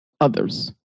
others